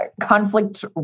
conflict